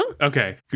Okay